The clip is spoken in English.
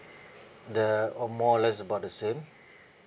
the or more or less about the same